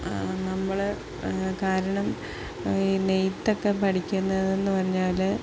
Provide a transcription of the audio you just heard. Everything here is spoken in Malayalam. നമ്മള് കാരണം ഈ നെയ്ത്തൊക്കെ പഠിക്കുന്നതെന്ന് പറഞ്ഞാല്